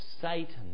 Satan